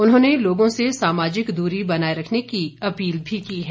उन्होंने लोगों से सामाजिक दूरी बनाये रखने की अपील भी की है